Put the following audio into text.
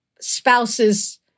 spouse's